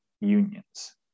unions